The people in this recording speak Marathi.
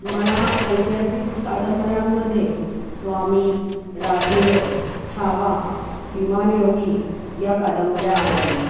मला ऐतिहासिक कादंबऱ्यांमध्ये स्वामी राधेय छावा श्रीमान योगी या कादंबऱ्या आवडल्या